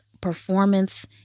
performance